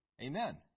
Amen